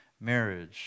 marriage